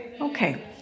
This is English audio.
Okay